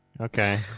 Okay